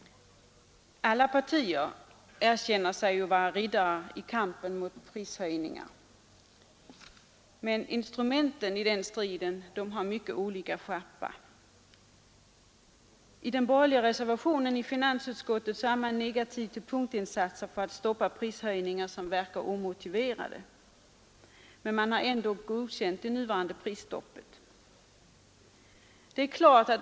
Alla partier erkänner sig vara riddare i kampen mot prishöjningar, men instrumenten i den striden har mycket olika skärpa. I den borgerliga reservationen i finansutskottet är man negativ till punktinsatser för att stoppa prishöjningar som verkar omotiverade, men man har ändå godkänt det nuvarande prisstoppet.